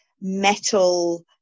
metal